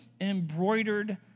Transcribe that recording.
embroidered